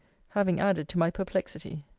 having added to my perplexity.